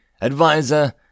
Advisor